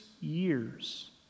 years